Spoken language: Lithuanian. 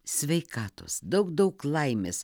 sveikatos daug daug laimės